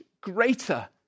greater